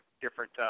different